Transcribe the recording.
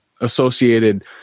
associated